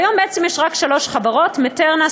בעצם היום יש רק שלוש חברות: "מטרנה",